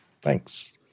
Thanks